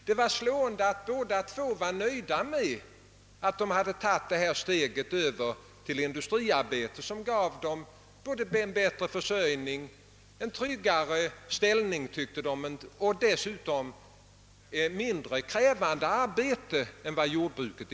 Det var slående att båda var nöjda med att de hade tagit steget över till industriarbetet, som gav dem en bättre försörjning och en iryggare ställning, och som dessutom innebar ett mindre krävande arbete än jordbruket.